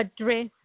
address